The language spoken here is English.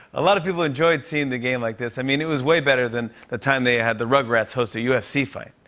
a lot of people enjoyed seeing the game like this. i mean, it was way better than the time they had the rugrats host a ufc fight.